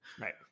Right